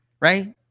right